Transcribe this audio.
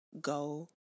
go